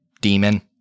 demon